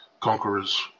Conquerors